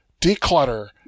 Declutter